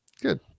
Good